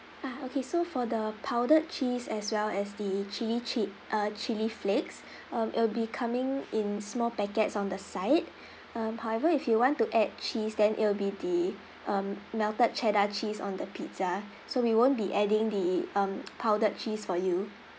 ah okay so for the powdered cheese as well as the chilli chi~ uh chilli flakes uh it'll be coming in small packets on the side um however if you want to add cheese then it'll be the um melted cheddar cheese on the pizza so we won't be adding the um powdered cheese for you